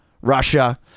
Russia